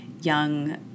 young